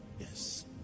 yes